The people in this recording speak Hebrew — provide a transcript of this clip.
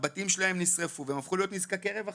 הבתים שלהם נשרפו והם הפכו להיות נזקקי רווחה.